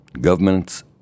Governments